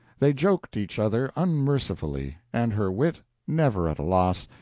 they joked each other unmercifully, and her wit, never at a loss,